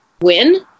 win